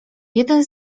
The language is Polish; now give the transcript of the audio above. jeden